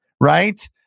right